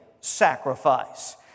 sacrifice